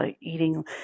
eating